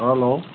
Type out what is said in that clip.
hello